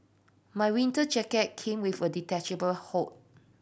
my winter jacket came with a detachable hood